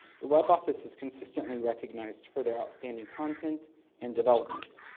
the web office is consistently recognized for their outstanding content and development.